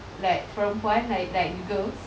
like perempuan like like girls